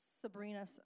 Sabrina